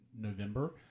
November